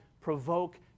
provoke